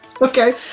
okay